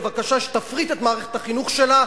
בבקשה שתפריט את מערכת החינוך שלה,